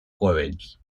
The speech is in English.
porridge